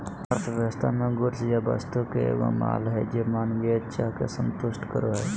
अर्थव्यवस्था मे गुड्स या वस्तु एगो माल हय जे मानवीय चाह के संतुष्ट करो हय